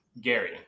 Gary